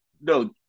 No